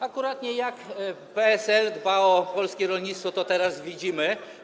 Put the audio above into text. Akuratnie jak PSL dba o polskie rolnictwo, to teraz widzimy.